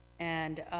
and